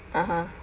(uh huh)